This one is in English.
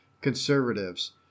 conservatives